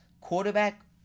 quarterback